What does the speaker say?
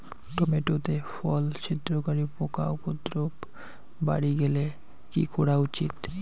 Tomato তে ফল ছিদ্রকারী পোকা উপদ্রব বাড়ি গেলে কি করা উচিৎ?